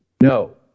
no